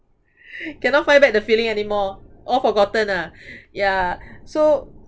cannot find back the feeling anymore all forgotten ah yeah so